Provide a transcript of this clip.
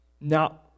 Now